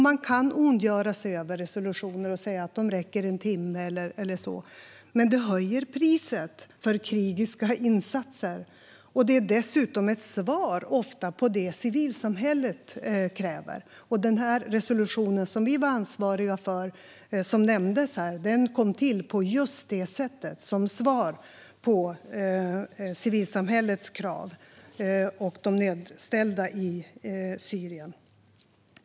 Man kan ondgöra sig över resolutioner och säga att de räcker en timme eller så, men de höjer priset för krigiska insatser. De är dessutom ofta ett svar på det som civilsamhället kräver. Den resolution som vi var ansvariga för, som nämndes här, kom till på just det sättet - som svar på civilsamhällets krav för de nödställda i Syrien.